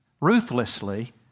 Ruthlessly